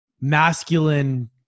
masculine